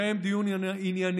לקיים דיון ענייני,